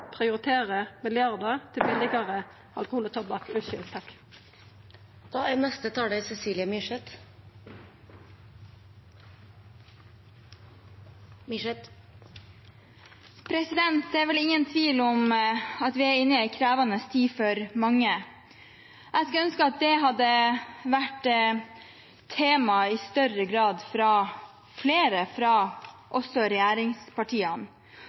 til billigare alkohol og tobakk. Det er vel ingen tvil om at vi er inne i en krevende tid for mange. Jeg skulle ønske at det hadde vært tema i større grad fra flere, også fra regjeringspartiene.